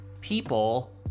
people